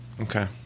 Okay